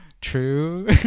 True